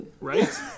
right